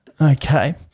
Okay